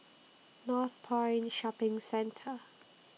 Northpoint Shopping Centre